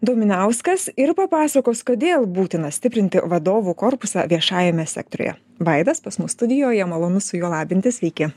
dominauskas ir papasakos kodėl būtina stiprinti vadovų korpusą viešajame sektoriuje vaidos pas mus studijoje malonus su juo labintis sveiki